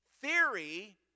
theory